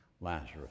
Lazarus